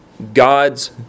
God's